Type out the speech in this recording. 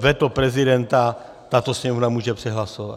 veto prezidenta tato Sněmovna může přehlasovat.